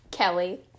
Kelly